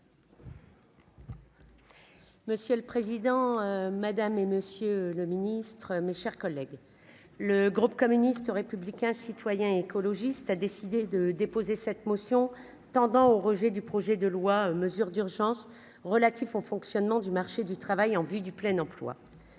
Monsieur le président, madame et monsieur le Ministre, mes chers collègues, le groupe communiste, républicain, citoyen et écologiste a décidé de déposer cette motion tendant au rejet du projet de loi, mesures d'urgence relatifs au fonctionnement du marché du travail en vue du plein emploi,